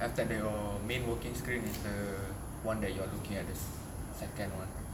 after that your main working screen is the [one] that you are looking at this the second [one]